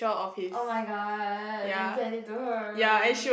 oh-my-god I send it to her